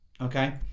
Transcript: okay